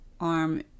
arm